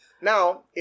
Now